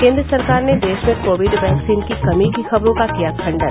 केन्द्र सरकार ने देश में कोविडवैक्सीन की कमी की खबरों का किया खंडन